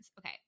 Okay